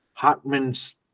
Hotman's